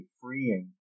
freeing